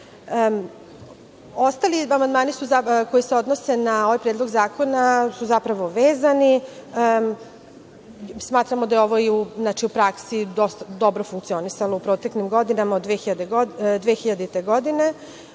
amandmani koji se odnose na ovaj predlog zakona su zapravo vezani. Smatramo da je ovo i u praksi dosta dobro funkcionisalo u proteklim godinama od 2000. godine.